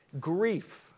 grief